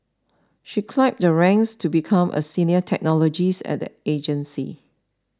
she climbed the ranks to become a senior technologist at the agency